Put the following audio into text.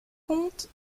compte